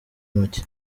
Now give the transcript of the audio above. make